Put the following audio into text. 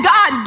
God